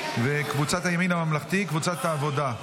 קבוצת סיעת הימין הממלכתי וקבוצת סיעת העבודה.